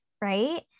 Right